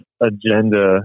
agenda